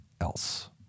else